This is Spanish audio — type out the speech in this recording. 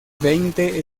veinte